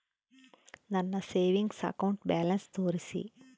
ನನ್ನ savings account balance ತೋರಿಸಿ?